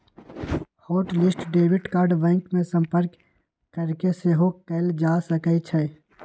hot list debit card bank में संपर्क कऽके सेहो कएल जा सकइ छै